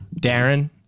Darren